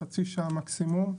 חצי שעה מקסימום,